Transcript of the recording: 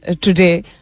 today